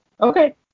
Okay